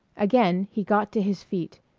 again he got to his feet,